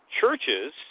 churches